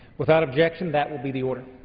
without objection, that will be the order.